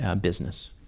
business